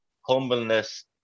humbleness